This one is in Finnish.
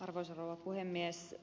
arvoisa rouva puhemies